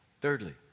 Thirdly